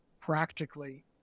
practically